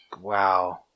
Wow